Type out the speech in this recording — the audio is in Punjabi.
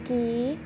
ਕੀ